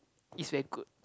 is very good